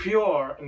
Pure